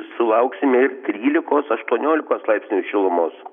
sulauksime ir trylikos aštuoniolikos laipsnių šilumos